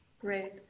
Great